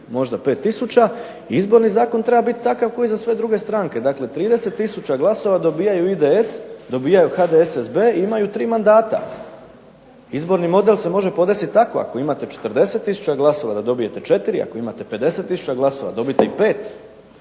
možda 5000 i Izborni zakon treba biti takav kao i za sve druge stranke. Dakle, 30000 glasova dobijaju IDS, dobijaju HDSSB i imaju tri mandata. Izborni model se može podesiti tako. Ako imate 40000 glasova da dobijete 4, ako imate 50000 glasova dobite i 5.